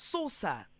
Saucer